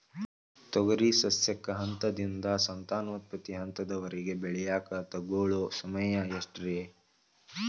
ತೊಗರಿ ಸಸ್ಯಕ ಹಂತದಿಂದ, ಸಂತಾನೋತ್ಪತ್ತಿ ಹಂತದವರೆಗ ಬೆಳೆಯಾಕ ತಗೊಳ್ಳೋ ಸಮಯ ಎಷ್ಟರೇ?